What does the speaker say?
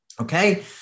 Okay